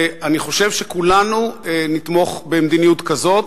ואני חושב שכולנו נתמוך במדיניות כזאת,